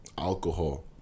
alcohol